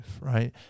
right